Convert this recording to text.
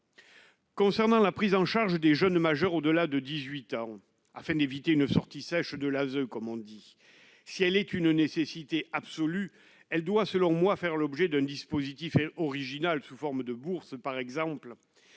Concernant la prise en charge des jeunes majeurs au-delà de 18 ans afin d'éviter une sortie sèche de l'ASE comme on dit si elle est une nécessité absolue, elle doit, selon moi, faire l'objet d'un dispositif original sous forme de bourses par exemple